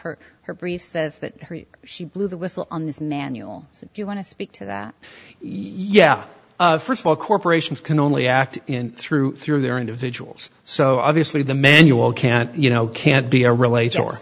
or her brief says that she blew the whistle on the manual so if you want to speak to that yeah first of all corporations can only act in through through their individuals so obviously the manual can't you know can't be a relates or